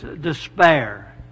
despair